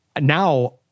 now